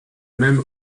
même